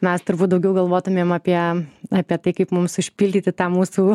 mes turbūt daugiau galvotumėm apie apie tai kaip mums užpildyti tą mūsų